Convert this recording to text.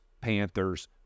Panthers